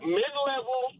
mid-level